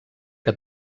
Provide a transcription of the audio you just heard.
que